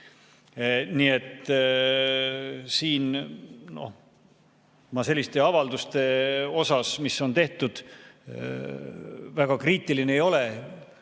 Nii et siin ma selliste avalduste puhul, mis on tehtud, väga kriitiline ei ole,